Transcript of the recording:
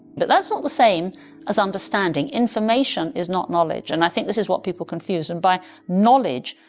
but that's not the same as understanding. information is not knowledge and i think this is what people confuse. and by knowledge,